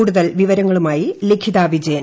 കൂടുതൽ വിവരങ്ങളുമായി ലിഖിത വിജയൻ